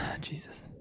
Jesus